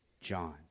John